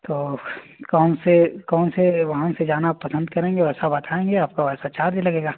तो कौन से कौन से वाहन से जाना पसंद करेंगे वैसा बताएँगे आपका वैसा चार्ज लगेगा